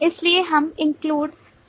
इसलिए हम include संबंध शुरू करेंगे